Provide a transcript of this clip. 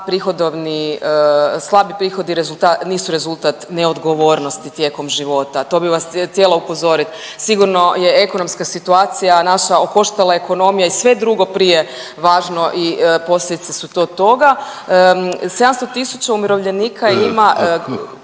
slabi prihodi nisu rezultat neodgovornosti tijekom života. To bih vas htjela upozoriti. Sigurno je ekonomska situacija, naša okoštala ekonomija i sve drugo prije važno i posljedice su to toga. 700 tisuća umirovljenika ima